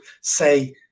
say